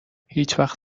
هیچوقت